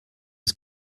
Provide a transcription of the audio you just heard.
his